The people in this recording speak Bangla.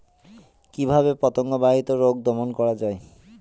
কিভাবে পতঙ্গ বাহিত রোগ দমন করা যায়?